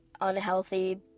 unhealthy